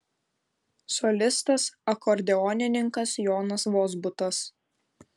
solistas akordeonininkas jonas vozbutas